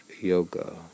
Yoga